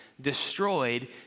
destroyed